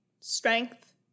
strength